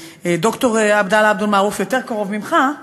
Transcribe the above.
וד"ר עבדאללה אבו מערוף יותר קרוב ממך.